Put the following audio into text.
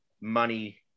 money